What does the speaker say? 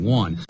one